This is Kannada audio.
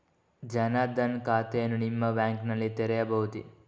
ಜನ ದನ್ ಖಾತೆಯನ್ನು ನಿಮ್ಮ ಬ್ಯಾಂಕ್ ನಲ್ಲಿ ತೆರೆಯಬಹುದೇ?